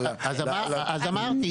אז אמרתי,